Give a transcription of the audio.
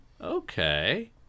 Okay